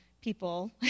people